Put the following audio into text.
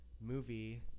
movie